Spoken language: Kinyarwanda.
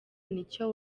n’icyo